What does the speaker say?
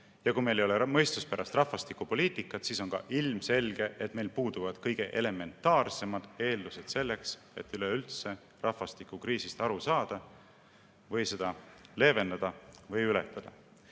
Kui meil ei ole mõistuspärast rahvastikupoliitikat, siis on ka ilmselge, et meil puuduvad kõige elementaarsemad eeldused selleks, et üleüldse rahvastikukriisist aru saada, seda leevendada või ületada.